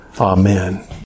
Amen